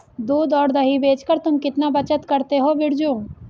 दूध और दही बेचकर तुम कितना बचत करते हो बिरजू?